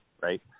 right